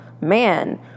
man